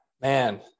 man